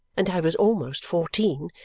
and i was almost fourteen,